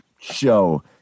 show